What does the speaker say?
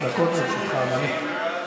ככה מאחדים.